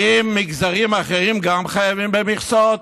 האם מגזרים אחרים גם חייבים במכסות?